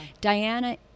Diana